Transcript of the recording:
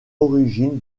origine